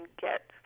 get